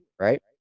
right